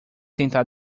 tentar